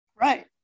Right